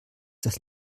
das